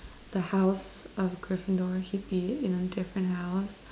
the house of Gryffindor he'd be in a different house